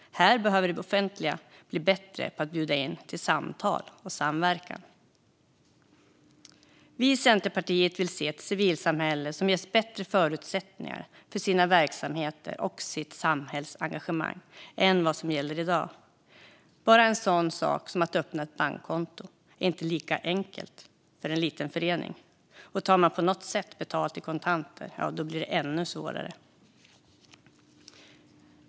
Här behöver det offentliga bli bättre på att bjuda in till samtal och samverkan. Vi i Centerpartiet vill se ett civilsamhälle som ges bättre förutsättningar för sina verksamheter och sitt samhällsengagemang än vad som gäller i dag. Bara en sådan sak som att öppna ett bankkonto är inte så enkelt för en liten förening, och tar man på något sätt betalt i kontanter blir det ännu svårare.